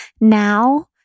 Now